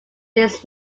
its